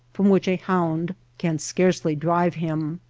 from which a hound can scarcely drive him.